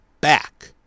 back